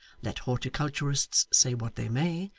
let horticulturists say what they may,